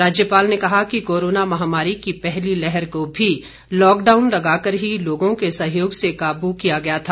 राज्यपाल ने कहा कि कोरोना महामारी की पहली लहर को भी लॉकडाउन लगाकर ही लोगों के सहयोग से काबू किया गया था